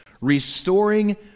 restoring